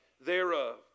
thereof